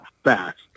fast